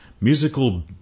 Musical